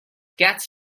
gets